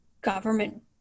government